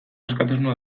askatasuna